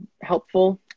helpful